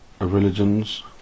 religions